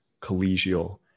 collegial